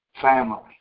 family